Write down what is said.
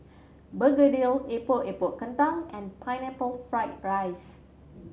begedil Epok Epok Kentang and Pineapple Fried rice